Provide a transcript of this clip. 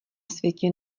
světě